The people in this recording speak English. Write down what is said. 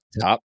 top